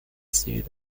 seat